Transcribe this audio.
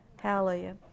Hallelujah